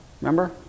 Remember